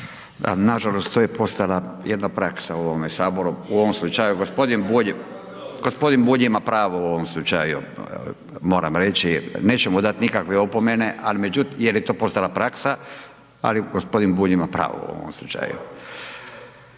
nažalost, to je postala jedna praksa u ovome Saboru, u ovom slučaju gospodin Bulj, gospodin Bulj ima pravo u ovom slučaju moram reći, neću mu dati nikakve opomene, ali međutim, jer je to postala praksa, ali gospodin Bulj ima pravo u ovom slučaju.